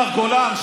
מר גולן,